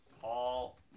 Paul